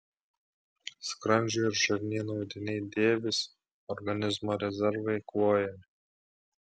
skrandžio ir žarnyno audiniai dėvisi organizmo rezervai eikvojami